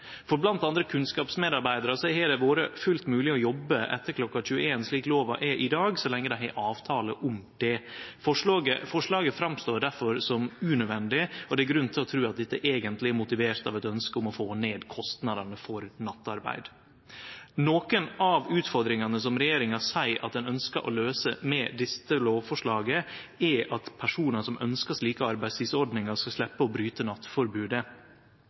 For blant andre kunnskapsmedarbeidarar har det vore fullt mogleg å jobbe etter kl. 21.00, slik loven er i dag, så lenge dei har avtale om det. Forslaget står difor fram som unødvendig, og det er grunn til å tru at dette eigentleg er motivert av eit ønske om å få ned kostnadene for nattarbeid. Nokre av utfordringane som regjeringa seier at ho ønskjer å løyse med dette lovforslaget, er at personar som ønskjer slike arbeidstidsordningar, skal sleppe å bryte nattforbodet.